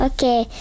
Okay